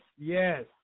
yes